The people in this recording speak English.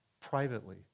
privately